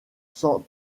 sans